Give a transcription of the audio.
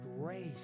grace